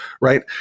Right